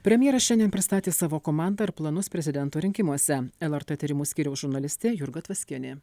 premjeras šiandien pristatė savo komandą ir planus prezidento rinkimuose lrt tyrimų skyriaus žurnalistė jurga tvaskienė